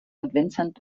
vincent